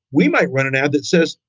we might run an ad that says,